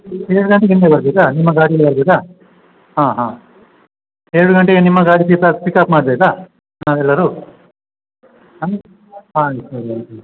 ಏಳು ಗಂಟೆಗೆ ಹಿಂದೆ ಬರ್ಬೋದಾ ನಿಮ್ಮ ಗಾಡಿಯಲ್ಲಿ ಬರ್ಬೋದ ಹಾಂ ಹಾಂ ಏಳು ಗಂಟೆಗೆ ನಿಮ್ಮ ಗಾಡಿ ಪಿಕಪ್ ಪಿಕಪ್ ಮಾಡಬೇಕಾ ನಾವು ಎಲ್ಲರೂ ಹಾಂ